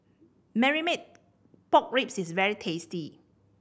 Marmite Pork Ribs is very tasty